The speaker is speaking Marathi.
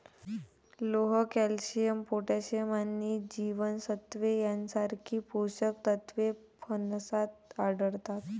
लोह, कॅल्शियम, पोटॅशियम आणि जीवनसत्त्वे यांसारखी पोषक तत्वे फणसात आढळतात